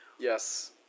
Yes